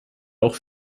auch